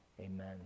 amen